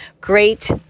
great